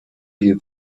you